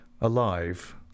alive